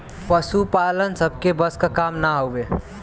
पसुपालन सबके बस क काम ना हउवे